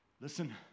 listen